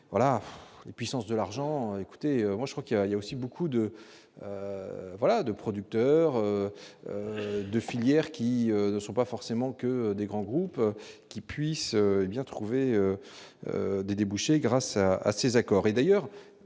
voilà les puissances de l'argent, écoutez moi je crois qu'il y a aussi beaucoup de voilà de producteurs de filières qui ne sont pas forcément que des grands groupes qui puisse bien trouver des débouchés grâce à ces accords, et d'ailleurs